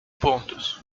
pontos